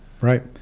right